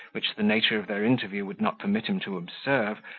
which the nature of their interview would not permit him to observe,